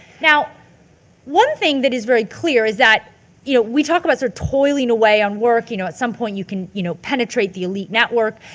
now one thing that is very clear is that you know we talk about sort of toiling away on work you know at some point you can you know penetrate the elite network.